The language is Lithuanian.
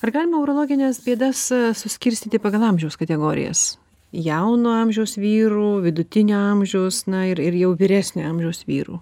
ar galima urologines bėdas suskirstyti pagal amžiaus kategorijas jauno amžiaus vyrų vidutinio amžiaus na ir ir jau vyresnio amžiaus vyrų